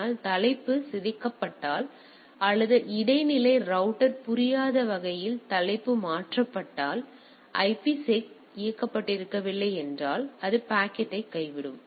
ஆனால் தலைப்பு சிதைக்கப்பட்டால் அல்லது இடைநிலை ரௌட்டர் புரியாத வகையில் தலைப்பு மாற்றப்பட்டால் இது IPSec இயக்கப்பட்டிருக்கவில்லை என்றால் அது பாக்கெட்டை கைவிடும்